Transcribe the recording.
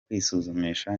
kwisuzumisha